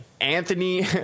Anthony